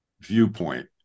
viewpoint